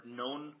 known